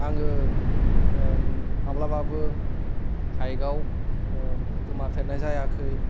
आङो ओं माब्लाबाबो हइकआव गोमाफेरनाय जायाखै